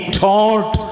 taught